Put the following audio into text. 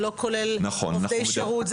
זה לא כולל עובדי שירות,